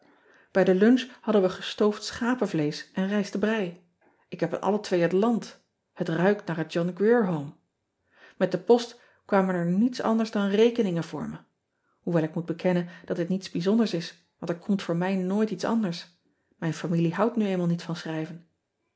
ij de lunch hadden we gestoofd schapenvleesch en rijstenbrij k heb aan alle twee het land het ruikt naar het ohn rier ome et de post kwamen er niets anders dan rekeningen voor me hoewel ik moet bekennen ean ebster adertje angbeen dat dit niets bijzonders is want er komt voor mij nooit iets anders mijn familie houdt nu eenmaal niet van